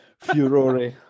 furore